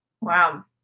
Wow